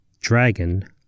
dragon